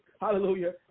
hallelujah